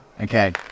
Okay